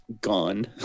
gone